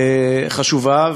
חשובה.